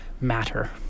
matter